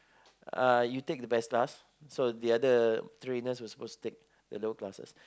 uh you take the best class so the other trainers were supposed to take the lower classes